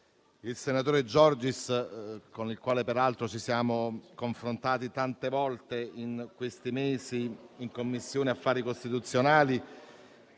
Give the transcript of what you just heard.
il senatore Giorgis, con il quale peraltro ci siamo confrontati tante volte in questi mesi in Commissione affari costituzionali